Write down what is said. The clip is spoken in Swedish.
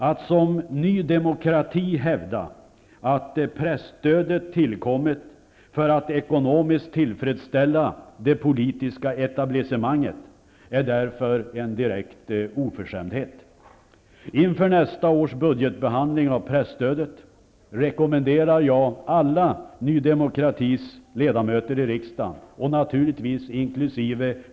Att som Ny demokrati hävda att presstödet tillkommit för att ekonomiskt tillfredsställa det politiska etablissemanget är därför en direkt oförskämdhet. Inför nästa års budgetbehandling av presstödet rekommenderar jag Ny demokratis alla ledamöter inkl.